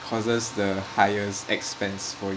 causes the highest expense for you